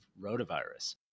rotavirus